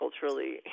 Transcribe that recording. culturally